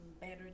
better